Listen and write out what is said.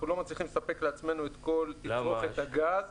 אנחנו לא מצליחים לספק לעצמנו את כל תצרוכת הגז.